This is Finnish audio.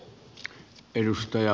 arvoisa puhemies